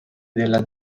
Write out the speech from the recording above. della